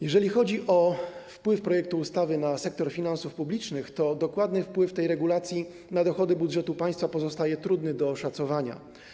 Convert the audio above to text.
Jeżeli chodzi o wpływ projektu ustawy na sektor finansów publicznych, to dokładny wpływ tej regulacji na dochody budżetu państwa pozostaje trudny do oszacowania.